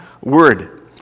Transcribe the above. word